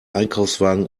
einkaufswagen